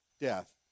death